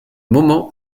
moment